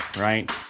right